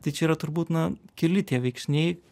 tai čia yra turbūt na keli tie veiksniai